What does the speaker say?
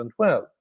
2012